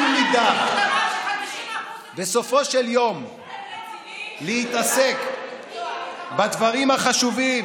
אם נדע בסופו של יום להתעסק בדברים החשובים,